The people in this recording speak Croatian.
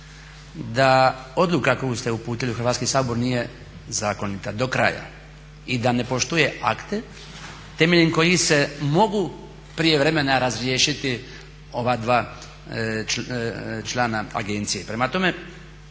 da odluka koju ste uputili u Hrvatski sabor nije zakonita do kraja i da ne poštuje akte temeljem kojih se mogu prijevremeno razriješiti ova dva člana agencije. Prema tome,